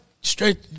Straight